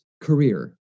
career